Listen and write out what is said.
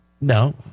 No